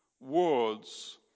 words